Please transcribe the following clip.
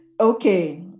Okay